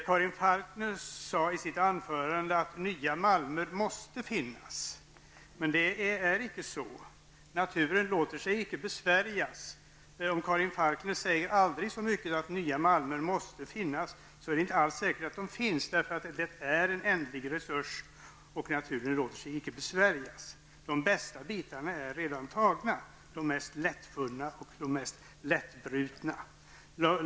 Karin Falkmer sade i sitt anförande att nya malmer måste finnas, men det är inte så. Naturen låter sig inte besvärjas. Det hjälper inte hur mycket Karin Falkmer än säger att nya malmer måste finnas. Det är inte alls säkert att sådana finns. Det är en ändlig resurs, och naturen låter sig som sagt var inte besvärjas. De bästa bitarna är redan tagna -- de mest lättfunna och de som är lättast att bryta.